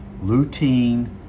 lutein